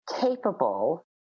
capable